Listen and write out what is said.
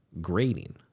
grading